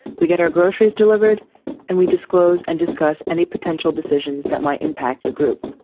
we get our groceries delivered and we disclose and discuss any potential decisions that might impact the group.